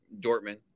Dortmund